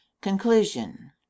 Conclusion